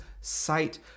sight